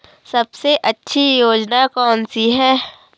सबसे अच्छी योजना कोनसी है?